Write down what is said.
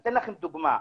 אני אתן לכם דוגמה,